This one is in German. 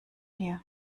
hier